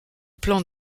plan